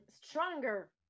stronger